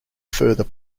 further